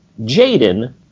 Jaden